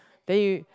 then you